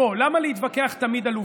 למה להתווכח תמיד על עובדות?